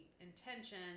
intention